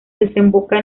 desemboca